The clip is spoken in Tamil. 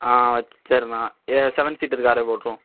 ஆ சரிண்ணா ஏ செவன் சீட்டர் காரே போட்டிருவோம்